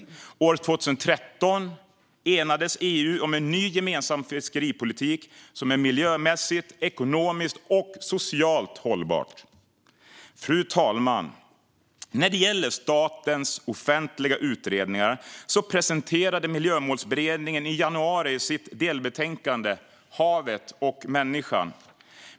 År 2013 enades EU om en ny gemensam fiskeripolitik som är miljömässigt, ekonomiskt och socialt hållbar. Fru talman! När det gäller statens offentliga utredningar presenterade Miljömålsberedningen i januari sitt delbetänkande Havet och människan .